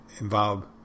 involved